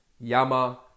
Yama